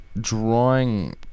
drawing